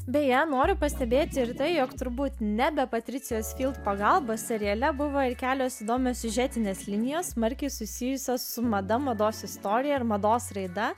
beje noriu pastebėti ir tai jog turbūt ne be patricijos pagalbos seriale buvo kelios įdomios siužetinės linijos smarkiai susijusios su mada mados istorija ir mados raida